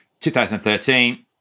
2013